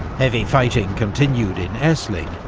heavy fighting continued in essling,